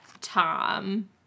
Tom